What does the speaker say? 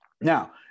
Now